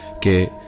que